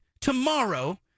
tomorrow